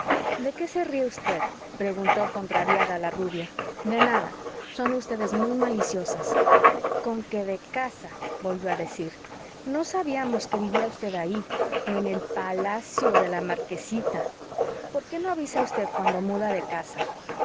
de qué se ríe usted preguntó contrariada la rubia de nada son ustedes muy maliciosas conque de casa volvió a decir no sabíamos que vivía usted allí en el pa la cio de la marquesita por qué no avisa usted cuando muda de casa